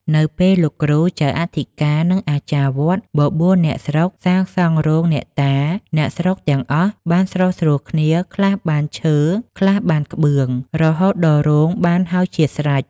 នៅពេលលោកគ្រូចៅអធិការ និងអាចារ្យវត្តបបួលអ្នកស្រុកសាងសង់រោងអ្នកតាអ្នកស្រុកទាំងអស់បានស្រុះស្រួលគ្នាខ្លះបានឈើ ខ្លះបានក្បឿង រហូតដល់រោងបានហើយជាស្រេច ។